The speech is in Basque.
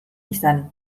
izan